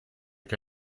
che